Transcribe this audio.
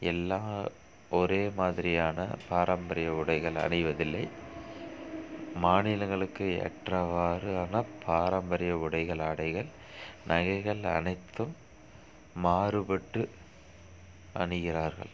எல்லா ஒரே மாதிரியான பாரம்பரிய உடைகள் அணிவதில்லை மாநிலங்களுக்கு ஏற்றவாறு ஆன பாரம்பரிய உடைகள் ஆடைகள் நகைகள் அனைத்தும் மாறுபட்டு அணிகிறார்கள்